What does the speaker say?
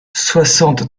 soixante